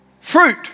fruit